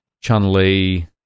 Chun-Li